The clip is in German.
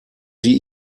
sie